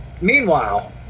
meanwhile